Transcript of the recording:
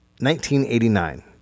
1989